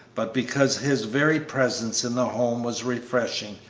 but because his very presence in the home was refreshing,